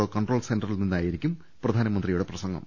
O control സെന്ററിൽ നിന്നാ യിരിക്കും പ്രധാനമന്ത്രിയുടെ പ്രസംഗം